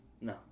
No